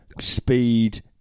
speed